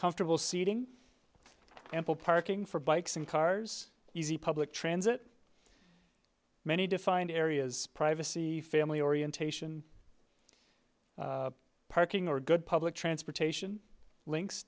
comfortable seating ample parking for bikes and cars easy public transit many defined areas privacy family orientation parking or good public transportation